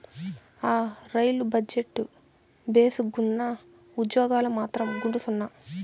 ఆ, రైలు బజెట్టు భేసుగ్గున్నా, ఉజ్జోగాలు మాత్రం గుండుసున్నా